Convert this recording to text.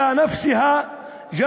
(אומר דברים בשפה הערבית,